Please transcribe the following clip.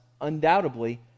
undoubtedly